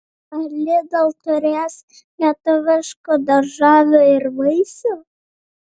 ar lidl turės lietuviškų daržovių ir vaisių